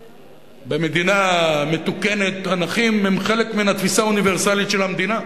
במדינה מתוקנת הנכים הם חלק מן התפיסה האוניברסלית של המדינה,